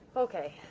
okay.